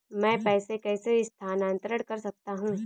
मैं पैसे कैसे स्थानांतरण कर सकता हूँ?